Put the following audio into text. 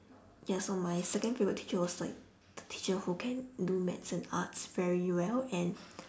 ya so my second favourite teacher was like the teacher who can do maths and arts very well and